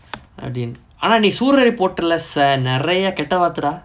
அப்புடின்னு ஆனா நீ:appudinu aanaa nee sooraraipotru lah sa~ நெறய கெட்ட வார்த்தடா:neraya ketta vaarthadaa